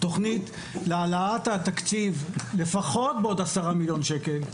להעלאת התקציב לפחות בעוד 10 מיליון שקל.